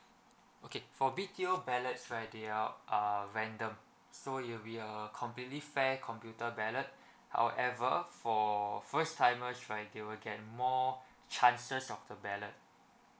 okay for B_T_O ballots right they're uh random so it will be a completely fair computer ballot however for first timers right they will get more chances of the ballot